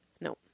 no